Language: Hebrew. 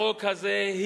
מהחוק הזה,